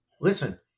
listen